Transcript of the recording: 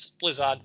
Blizzard